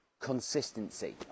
consistency